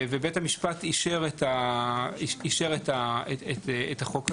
ובית המשפט אישר את החוק הזה,